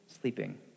sleeping